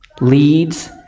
leads